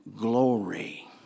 glory